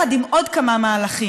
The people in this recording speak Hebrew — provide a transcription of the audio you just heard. ביחד עם עוד כמה מהלכים,